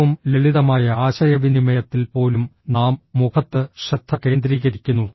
ഏറ്റവും ലളിതമായ ആശയവിനിമയത്തിൽ പോലും നാം മുഖത്ത് ശ്രദ്ധ കേന്ദ്രീകരിക്കുന്നു